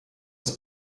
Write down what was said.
das